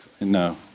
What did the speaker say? No